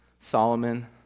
Solomon